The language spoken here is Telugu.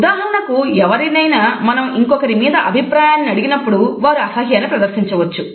ఉదాహరణకు ఎవరినైనా మనం ఇంకొకరి మీద అభిప్రాయాన్ని అడిగినప్పుడు వారు అసహ్యాన్ని ప్రదర్శించవచ్చు